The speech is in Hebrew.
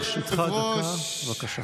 לרשותך דקה, בבקשה.